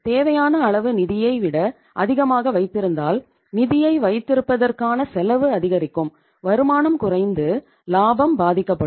ஆகவே தேவையான அளவு நிதியை விட அதிகமாக வைத்திருந்தால் நிதியை வைத்திருப்பதற்கான செலவு அதிகரிக்கும் வருமானம் குறைந்து லாபம் பாதிக்கப்படும்